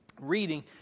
reading